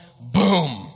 boom